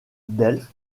delft